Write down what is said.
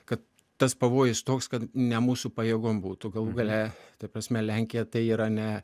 kad tas pavojus toks kad ne mūsų pajėgom būtų galų gale ta prasme lenkija tai yra ne